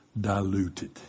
diluted